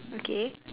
okay